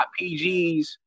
PGs